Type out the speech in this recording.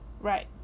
Right